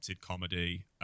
comedy